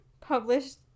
published